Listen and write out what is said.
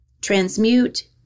transmute